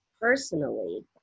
personally